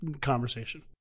conversation